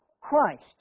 Christ